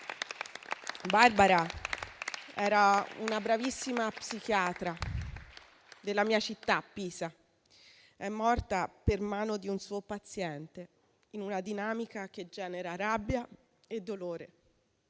Barbara era una bravissima psichiatra della mia città, Pisa, ed è morta per mano di un suo paziente in una dinamica che genera rabbia e dolore.